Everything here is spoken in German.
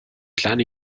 kleine